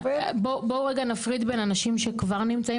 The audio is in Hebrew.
בואו רגע נפריד בין אנשים שכבר נמצאים